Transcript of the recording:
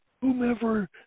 whomever